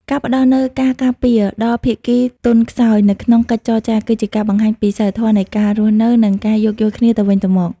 ការផ្តល់នូវ "ការការពារ" ដល់ភាគីទន់ខ្សោយនៅក្នុងកិច្ចចរចា គឺជាការបង្ហាញពីសីលធម៌នៃការរស់នៅ និងការយោគយល់គ្នាទៅវិញទៅមក។